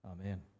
Amen